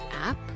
app